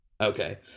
Okay